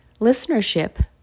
listenership